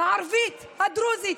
הערבית, הדרוזית.